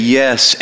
yes